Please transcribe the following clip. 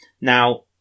Now